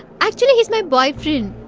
actually he is my boyfriend.